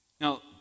Now